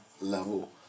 level